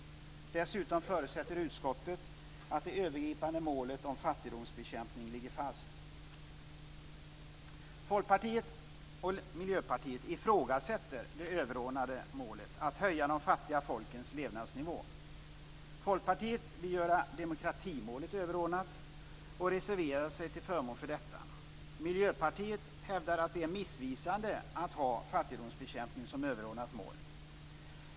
Dessutom förutsätter utskottet att det övergripande målet om fattigdomsbekämpning ligger fast. Folkpartiet och Miljöpartiet ifrågasätter det överordnade målet att höja de fattiga folkens levnadsnivå. Folkpartiet vill göra demokratimålet överordnat och reserverar sig till förmån för detta. Miljöpartiet hävdar att det är missvisande att ha fattigdomsbekämpningen som överordnat mål.